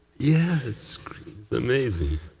yeah, it's amazing.